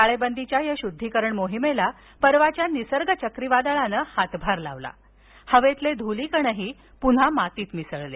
टाळेबंदीच्या या शुद्धीकरण मोहिमेला परवाच्या निसर्ग चक्रीवादळानं हातभार लावला हवेतले धुलीकणही पुन्हा मातीत मिसळले